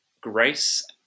grace